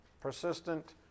persistent